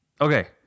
Okay